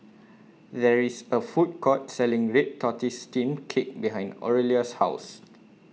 There IS A Food Court Selling Red Tortoise Steamed Cake behind Aurelia's House